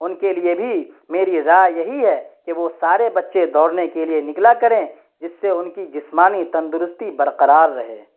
ان کے لیے بھی میری رائے یہی ہے کہ وہ سارے بچے دوڑنے کے لیے نکلا کریں جس سے ان کی جسمانی تندرستی برقرار رہے